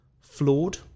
flawed